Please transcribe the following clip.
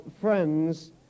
friends